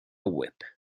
whip